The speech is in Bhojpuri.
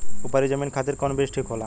उपरी जमीन खातिर कौन बीज ठीक होला?